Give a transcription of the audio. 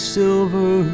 silver